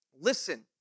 listen